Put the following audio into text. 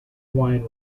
wine